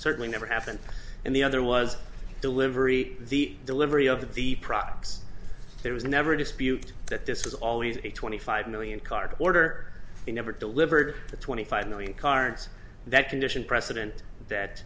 certainly never happened and the other was delivery the delivery of the products there was never a dispute that this was always a twenty five million card order and never delivered the twenty five million cards that condition precedent that